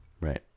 right